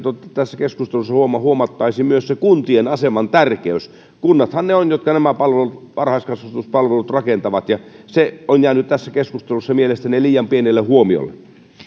tässä keskustelussa huomattaisiin myös kuntien aseman tärkeys kunnathan ne ovat jotka nämä varhaiskasvatuspalvelut rakentavat ja se on jäänyt tässä keskustelussa mielestäni liian pienelle huomiolle